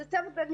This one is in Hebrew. זה משהו אחר,